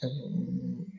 ଏବଂ